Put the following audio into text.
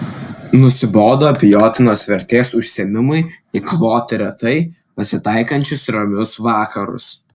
nusibodo abejotinos vertės užsiėmimui eikvoti retai pasitaikančius ramius vakarus